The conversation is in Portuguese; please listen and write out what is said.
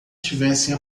tivessem